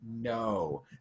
no